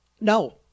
No